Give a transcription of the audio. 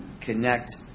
connect